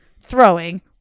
throwing